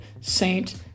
Saint